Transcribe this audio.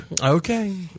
Okay